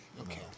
Okay